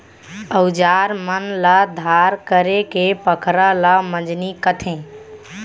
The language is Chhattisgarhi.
अउजार मन ल धार करेके पखरा ल मंजनी कथें